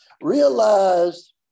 Realized